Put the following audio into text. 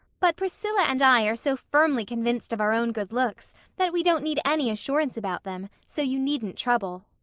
but priscilla and i are so firmly convinced of our own good looks that we don't need any assurance about them, so you needn't trouble.